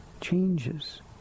changes